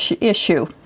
issue